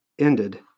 ended